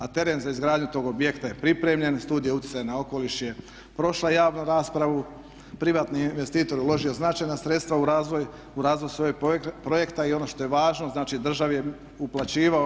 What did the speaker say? A teren za izgradnju tog objekta je pripremljen, studija utjecaja na okoliš je prošla javnu raspravu, privatni investitor je uložio značajna sredstva u razvoj svojeg projekta i ono što je važno znači državi je uplaćivao